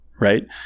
Right